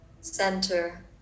center